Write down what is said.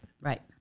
Right